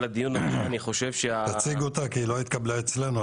אותה כי היא התקבלה אצלנו,